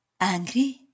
angry